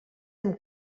amb